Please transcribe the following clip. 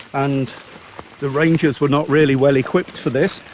and the rangers were not really well equipped for this,